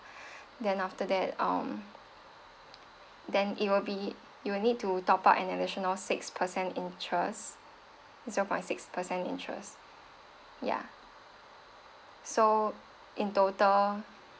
then after that um then it will be you will need to top up an additional six percent interest zero point six percent interest ya so in total